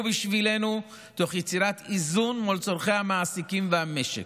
בשבילנו תוך יצירת איזון מול צורכי המעסיקים והמשק.